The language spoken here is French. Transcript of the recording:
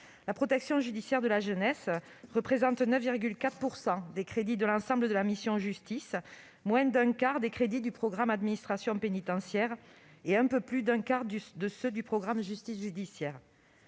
La protection judiciaire de la jeunesse représente 9,4 % des crédits de l'ensemble de la mission « Justice », moins d'un quart des crédits du programme « Administration pénitentiaire » et un peu plus d'un quart de ceux du programme « Justice judiciaire